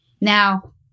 Now